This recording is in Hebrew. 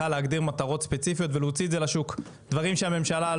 דברים שהממשלה לא יודעת לפתור בעצמה היא צריכה להפריט